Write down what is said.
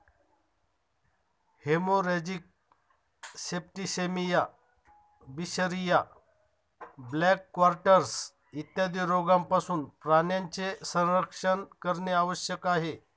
haemorrhagic septicaemia, बिशरिया, black quarters इत्यादी रोगांपासून प्राण्यांचे संरक्षण करणे आवश्यक आहे